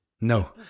No